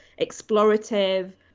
explorative